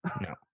No